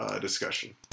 discussion